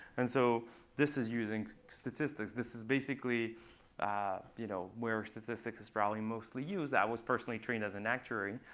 and so this is using statistics. this is basically ah you know where statistics is probably mostly used. i was personally trained as an actuary.